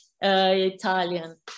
Italian